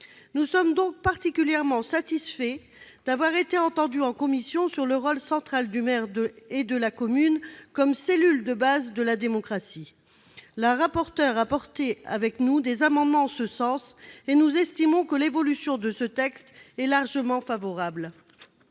Nous sommes donc particulièrement satisfaits d'avoir été entendus en commission sur le rôle central du maire et de la commune comme cellule de base de la démocratie. Mme la rapporteur a porté avec nous des amendements en ce sens, et nous estimons que l'évolution de ce texte est largement favorable.